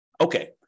Okay